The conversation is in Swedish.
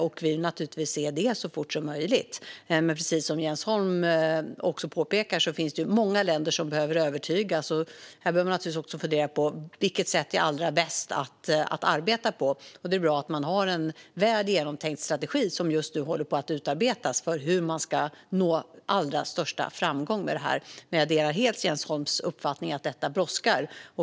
Vi vill naturligtvis se detta så fort som möjligt, men precis som Jens Holm påpekar finns det många länder som behöver övertygas. Här behöver man naturligtvis också fundera på vilket sätt som är allra bäst att arbeta på. Det är bra att man har en väl genomtänkt strategi för hur man ska nå allra största framgång, och en sådan håller just nu på att utarbetas. Jag delar helt Jens Holms uppfattning att detta brådskar.